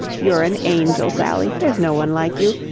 you're an angel, sally. there's no one like you.